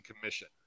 Commission